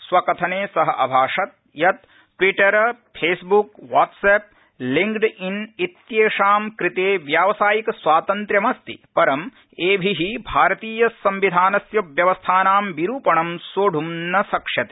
स्वकथने स अभाषत् यत ट्विटर फेसबुक व्हाट्सऐप लिंक्डइन इत्यप्री कृते व्यावसायिक स्वातंत्र्यमस्ति परं एभि भारतीय संविधानस्य व्यवस्थानां विरूपणं सोढ़ं न शक्ष्यते